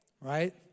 right